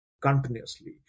continuously